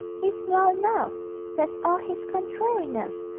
he's well enough that's all his contrariness,